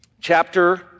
chapter